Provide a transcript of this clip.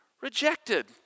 rejected